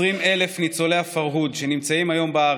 20,000 ניצולי הפרהוד שנמצאים היום בארץ,